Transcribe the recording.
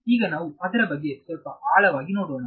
ಈಗ ನಾವು ಅದರ ಬಗ್ಗೆ ಸ್ವಲ್ಪ ಆಳವಾಗಿ ನೋಡೋಣ